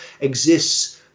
exists